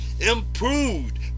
improved